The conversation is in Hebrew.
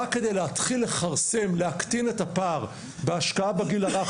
רק כדי להתחיל לכרסם ולהתקין את הפער בהשקעה בגיל הרך